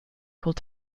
called